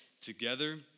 together